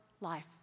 life